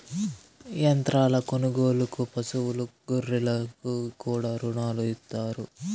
యంత్రాల కొనుగోలుకు పశువులు గొర్రెలకు కూడా రుణాలు ఇత్తారు